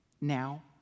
now